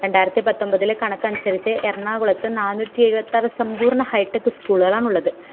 രണ്ടായിരത്തി പത്തൊമ്പതിലെ കണക്ക് അനുസരിച്ച് എറണാകുളത്ത് നാനൂറ്റി എഴുപത്തിയാറ് സമ്പൂർണ്ണ ഹൈ ടെക് സ്കൂളുകളാണ് ഉള്ളത്